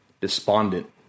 despondent